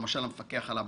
למשל המפקח על הבנקים?